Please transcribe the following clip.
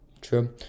True